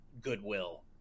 goodwill